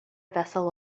vessel